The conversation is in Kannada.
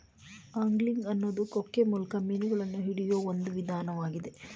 ಆಂಗ್ಲಿಂಗ್ ಅನ್ನೋದು ಕೊಕ್ಕೆ ಮೂಲಕ ಮೀನುಗಳನ್ನ ಹಿಡಿಯೋ ಒಂದ್ ವಿಧಾನ್ವಾಗಿದೆ